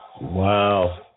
Wow